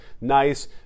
nice